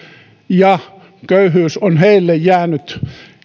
ja köyhyys on heille jäänyt